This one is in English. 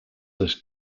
this